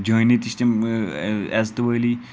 جٲنی تہِ چھِ تِم عزتہٕ وٲلی